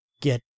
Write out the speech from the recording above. get